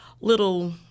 little